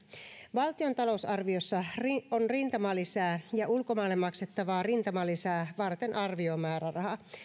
valtion talousarviossa on rintamalisää ja ulkomaille maksettavaa rintamalisää varten arviomääräraha